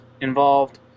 involved